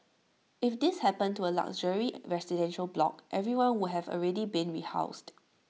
if this happened to A luxury residential block everyone would have already been rehoused